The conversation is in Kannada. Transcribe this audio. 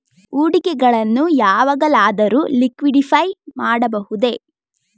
ಹೂಡಿಕೆಗಳನ್ನು ಯಾವಾಗಲಾದರೂ ಲಿಕ್ವಿಡಿಫೈ ಮಾಡಬಹುದೇ?